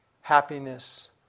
happiness